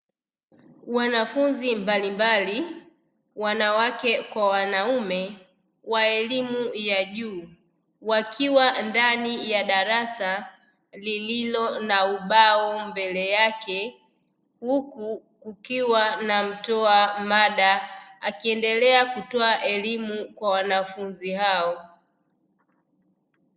Wanafunzi mbalimbali, wanawake kwa wanaume wa elimu ya juu wakiwa ndani ya darasa lililo na ubao mbele yake huku kukiwa na mtoa mada akiendelea kutoa elimu kwa wanafunzi hao.